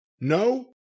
No